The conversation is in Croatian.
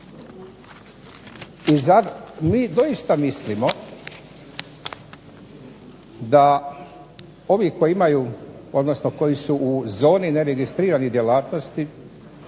ovi koji imaju, odnosno koji su u zoni neregistriranih djelatnosti,